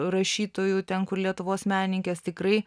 rašytojų ten kur lietuvos menininkės tikrai